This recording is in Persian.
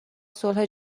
صلح